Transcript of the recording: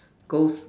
ghost